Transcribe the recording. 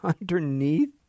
underneath